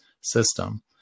system